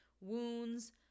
wounds